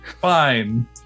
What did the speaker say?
Fine